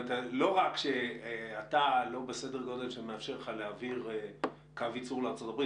לא רק שאתה לא בסדר גודל שמאפשר לך להעביר קו ייצור לארצות הברית